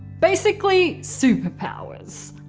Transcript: basically, super powers.